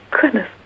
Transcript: goodness